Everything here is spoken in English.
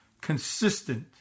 consistent